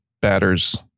batters